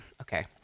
Okay